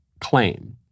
claim